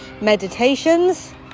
meditations